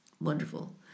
wonderful